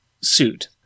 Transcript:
suit